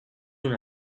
una